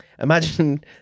imagine